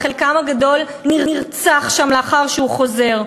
חלקם הגדול נרצח שם לאחר שהוא חוזר.